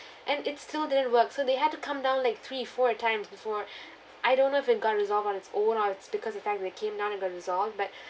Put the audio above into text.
and it still didn't work so they had to come down like three four times before I don't know if it got resolved on it's own or it's because the time they came down it got resolved but